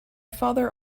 father